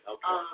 Okay